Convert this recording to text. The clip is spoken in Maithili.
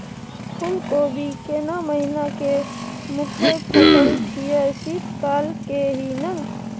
फुल कोबी केना महिना के मुखय फसल छियै शीत काल के ही न?